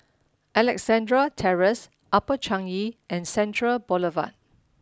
Alexandra Terrace Upper Changi and Central Boulevard